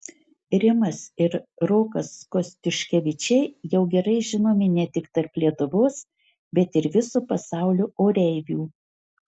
rimas ir rokas kostiuškevičiai jau gerai žinomi ne tik tarp lietuvos bet ir viso pasaulio oreivių